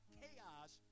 chaos